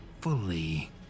fully